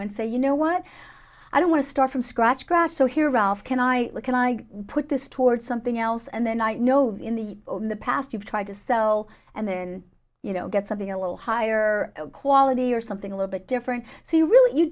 and say you know what i don't want to start from scratch grasso here ralph can i can i put this toward something else and then i know in the past you've tried to sew and then you know get something a little higher quality or something a little bit different so you really you